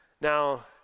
Now